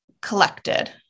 collected